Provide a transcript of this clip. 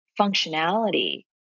functionality